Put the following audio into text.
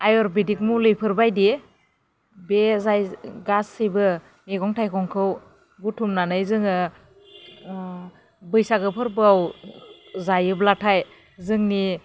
आयुर्वेदिक मुलिफोरबादि बे जाय गासैबो मैगं थाइगंखौ बुथुमनानै जोङो बैसागो फोरबोआव जायोब्लाथाय जोंनि